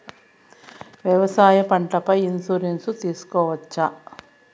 వ్యవసాయ పంటల పై ఇన్సూరెన్సు తీసుకోవచ్చా?